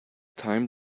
time